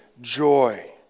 joy